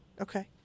Okay